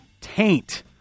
taint